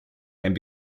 and